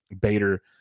Bader